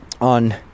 on